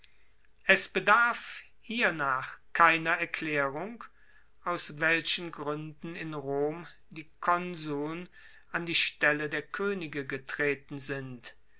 es bedarf hiernach keiner erklaerung aus welchen gruenden in rom die konsuln an die stelle der koenige getreten sind